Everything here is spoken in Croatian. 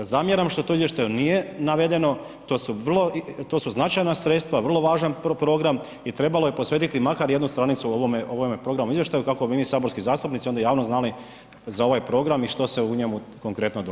Zamjeram što to u izvještaju nije navedeno, to su značajna sredstva, vrlo važan program i trebalo je posvetiti makar jednu stranicu o ovome programu i izvještaju kako bi mi saborski zastupnici onda javno znali za ovaj program i što se u njemu konkretno događa.